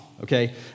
okay